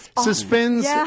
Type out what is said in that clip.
suspends